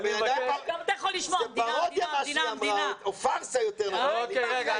זה פרודיה, מה שהיא אמרה, או פרסה יותר נכון.